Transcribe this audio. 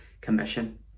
Commission